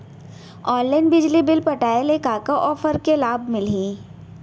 Online बिजली bill पटाय ले का का ऑफ़र के लाभ मिलही?